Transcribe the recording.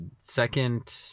second